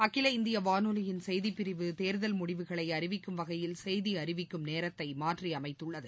அகில இந்திய வானொலியின் செய்திப்பிரிவு தேர்தல் முடிவுகளை அறிவிக்கும் வகையில் செய்தி அறிவிக்கும் நேரத்தை மாற்றியமைத்துள்ளது